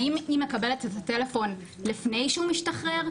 האם היא מקבלת את הטלפון לפני שהוא משתחרר?